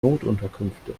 notunterkünfte